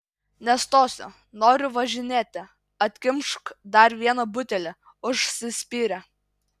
nestosiu noriu važinėti atkimšk dar vieną butelį užsispyrė